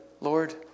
Lord